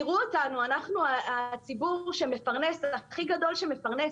תראו אותנו, אנחנו הציבור הכי גדול שמפרנס.